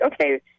okay